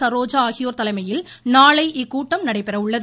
சரோஜா ஆகியோர் தலைமையில் நாளை இக்கூட்டம் நடைபெற உள்ளது